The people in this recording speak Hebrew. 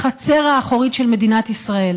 החצר האחורית של מדינת ישראל.